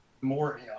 more